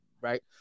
Right